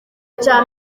cya